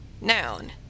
Noun